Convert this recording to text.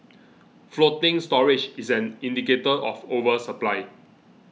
floating storage is an indicator of oversupply